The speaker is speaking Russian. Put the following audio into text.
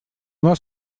нас